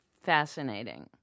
fascinating